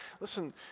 Listen